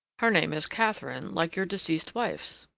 her name is catherine, like your deceased wife's.